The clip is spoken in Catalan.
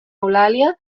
eulàlia